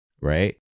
right